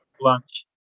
lunch